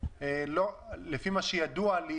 לפי מה שידוע לי,